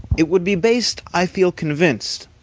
it would be based, i feel convinced,